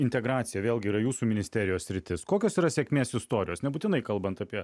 integracija vėlgi yra jūsų ministerijos sritis kokios yra sėkmės istorijos nebūtinai kalbant apie